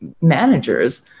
managers